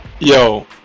yo